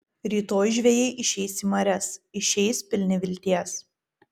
rytoj žvejai išeis į marias išeis pilni vilties